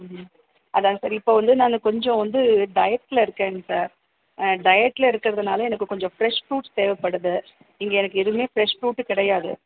ம் அதாங்க சார் இப்போ வந்து நான் கொஞ்சம் வந்து டயட்டில் இருக்கேங்க சார் ஆ டயட்டில் இருக்குறதுனால் எனக்கு கொஞ்சம் ஃப்ரெஷ் ஃபுரூட்ஸ் தேவைப்படுது இங்கே எனக்கு எதுவுமே ஃப்ரெஷ் ஃபுரூட்டு கிடையாது